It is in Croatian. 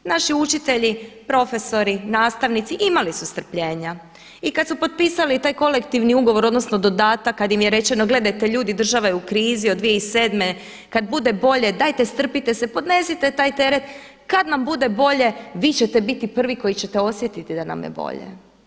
Naši učitelji, profesori, nastavnici imali su strpljenja i kada su potpisali taj kolektivni ugovor odnosno dodatak kada im je rečeno – gledajte ljudi država je u krizi od 2007. kada bude bolje, dajte strpite se, podnesite taj teret, kada nam bude bolje vi ćete biti prvi koji ćete osjetiti da nam je bolje.